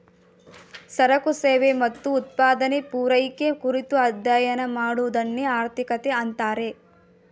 ಸರಕು ಸೇವೆ ಮತ್ತು ಉತ್ಪಾದನೆ, ಪೂರೈಕೆ ಕುರಿತು ಅಧ್ಯಯನ ಮಾಡುವದನ್ನೆ ಆರ್ಥಿಕತೆ ಅಂತಾರೆ